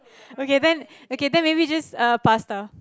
okay then okay then maybe just uh pasta